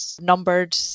numbered